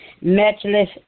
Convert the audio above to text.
matchless